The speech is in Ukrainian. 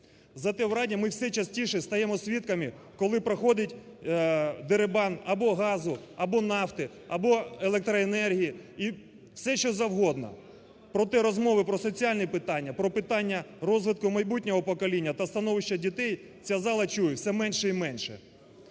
Зате в Раді ми все частіше стаємо свідками, коли проходить дерибан або газу, або нафти, або електроенергії і все що завгодно, проте розмови про соціальні питання, про питання розвитку майбутнього покоління та становища дітей ця зала чує все менше і менше.